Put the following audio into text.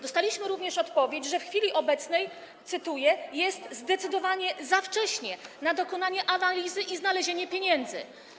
Dostaliśmy również odpowiedź, że w chwili obecnej, cytuję, jest zdecydowanie za wcześnie na dokonanie analizy i znalezienie pieniędzy.